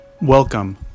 Welcome